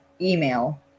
email